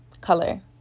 color